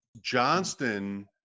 Johnston